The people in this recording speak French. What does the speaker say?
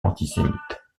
antisémites